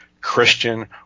Christian